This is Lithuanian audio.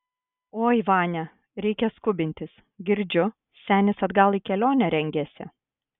oi vania reikia skubintis girdžiu senis atgal į kelionę rengiasi